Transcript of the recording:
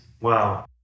Wow